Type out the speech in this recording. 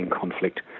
conflict